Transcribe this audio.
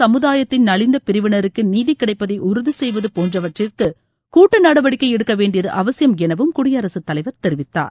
சமுதாயத்தின் நலிந்த பிரிவினருக்கு நீதி கிடைப்பதை உறுதி செய்வது போன்றவற்றிற்கு கூட்டு நடவடிக்கை எடுக்க வேண்டியது அவசியம் எனவும் குடியரகத் தலைவர் தெரிவித்தார்